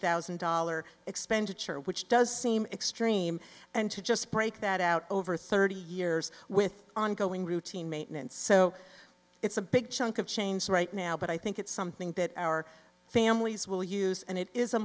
thousand dollar expenditure which does seem extreme and to just break that out over thirty years with ongoing routine maintenance so it's a big chunk of change right now but i think it's something that our families will use and it is a